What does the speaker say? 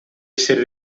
essere